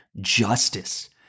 justice